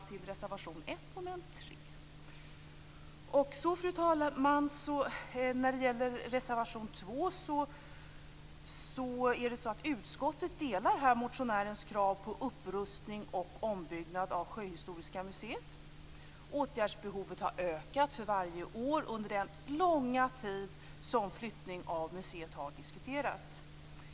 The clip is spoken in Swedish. Jag yrkar därför bifall till reservation 1 under mom. 3. Fru talman! Utskottet delar de krav som framförs i en motion om upprustning och ombyggnad av Sjöhistoriska museet. Åtgärdsbehovet har ökat för varje år under den långa tid som en flyttning av museet har diskuterats.